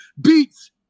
beats